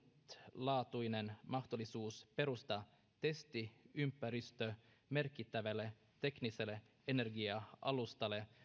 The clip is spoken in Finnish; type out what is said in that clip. ainutlaatuinen mahdollisuus perustaa testiympäristö merkittävälle tekniselle energia alustalle